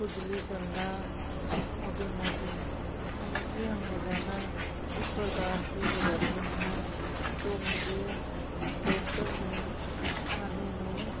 खुजली चलना मोटी मोटी फुंसियाँ हो जाना इस प्रकार से हो जाती है तो मुझे डॉक्टर ने खाने में